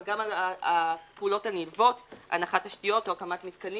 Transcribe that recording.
אבל גם על הפעולות הנלוות הנחת תשתיות או הקמת מתקנים